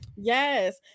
Yes